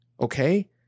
Okay